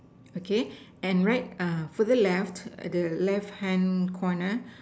okay and right uh further left the left hand corner